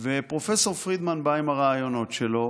פרופ' פרידמן בא עם הרעיונות שלו.